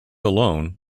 alone